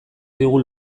digu